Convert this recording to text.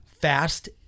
Fast